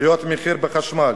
עליות מחירים בחשמל,